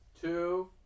two